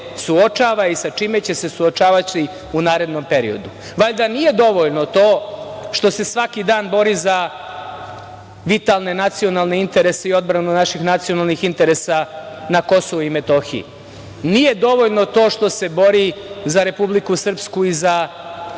suočava i sa čime će se suočavati u narednom periodu. Valjda nije dovoljno to što se svaki dan bori za vitalne nacionalne interese i odbranu naših nacionalnih interesa na Kosovu i Metohiji. Nije dovoljno to što se bori za Republiku Srpsku i za